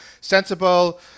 sensible